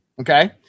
Okay